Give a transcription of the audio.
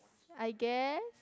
I guess